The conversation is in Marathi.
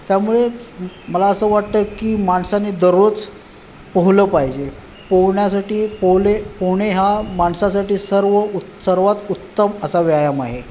त्यामुळे मला असं वाटतं की माणसाने दररोज पोहलं पाहिजे पोहण्यासाठी पोहले पोहणे हा माणसासाठी सर्व सर्वात उत्तम असा व्यायाम आहे